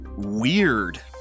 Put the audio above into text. weird